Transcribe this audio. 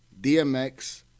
DMX